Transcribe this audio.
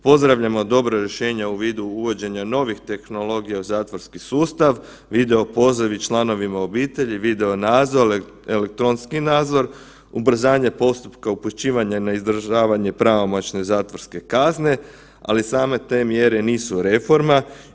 Pozdravljamo dobro rješenje u vidu uvođenja novih tehnologija u zatvorski sustav, video pozivi članovima obitelji, video nadzor, elektronski nadzor, ubrzanje postupka upućivanja na izdržavanja pravomoćne zatvorske kazne, ali same te mjere nisu reforma.